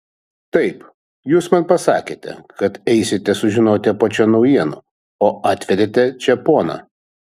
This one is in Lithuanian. taip jūs man pasakėte kad eisite sužinoti apačion naujienų o atvedėte čia poną